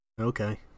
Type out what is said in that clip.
Okay